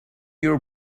your